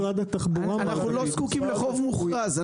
אנחנו לא זקוקים לחוף מוכרז,